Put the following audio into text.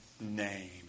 name